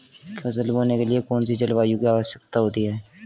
फसल बोने के लिए कौन सी जलवायु की आवश्यकता होती है?